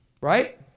right